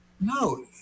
no